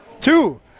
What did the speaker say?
two